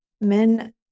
men